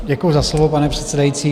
Děkuju za slovo, pane předsedající.